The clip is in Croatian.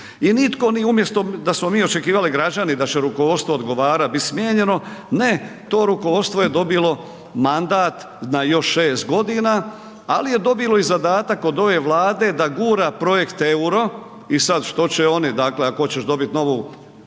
I nitko, umjesto da smo mi očekivali građani da će rukovodstvo odgovarati, biti smijenjeno, ne to rukovodstvo je dobilo mandat na još 6 godina, ali je dobilo i zadatak od ove Vlade da gura projekt EUR-o i sad što će oni, dakle ako hoćeš dobit novu